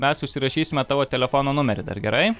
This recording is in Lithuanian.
mes užsirašysime tavo telefono numerį dar gerai